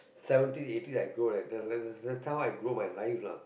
seventy eighties I grow that that that's how I grow my life lah